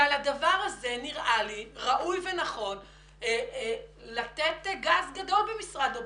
על הדבר הזה נראה לי ראוי ונכון לתת גב גדול במשרד הבריאות.